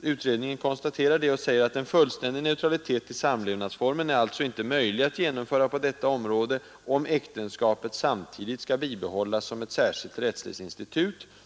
Utredningen konstaterar det och säger att en fullständig neutralitet till samlevnadsformen alltså är omöjlig att genomföra på detta område, om äktenskapet samtidigt skall bibehållas som ett särskilt rättsligt institut.